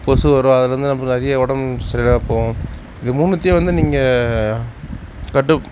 கொசு உருவாறதுலேருந்து நமக்கு நிறைய உடம்பு சரி இல்லாமல் போகும் இது மூணுத்தையும் வந்து நீங்கள் கட்டு